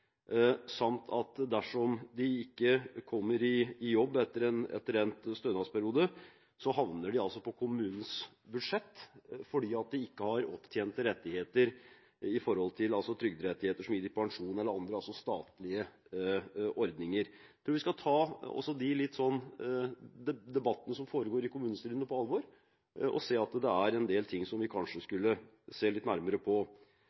at de, dersom de ikke kommer i jobb etter endt stønadsperiode, havner på kommunens budsjett fordi de ikke har opptjente trygderettigheter som gir dem pensjon eller andre statlige ordninger. Jeg tror vi skal ta også de debattene som foregår i kommunestyrene, på alvor, og se at det er en del ting som vi kanskje skulle se litt nærmere på.